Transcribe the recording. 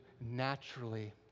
naturally